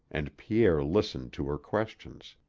and pierre listened to her questions.